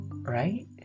right